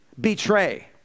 Betray